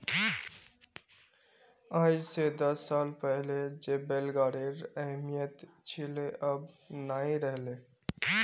आइज स दस साल पहले जे बैल गाड़ीर अहमियत छिले अब नइ रह ले